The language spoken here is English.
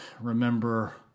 remember